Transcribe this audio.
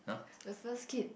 the first kid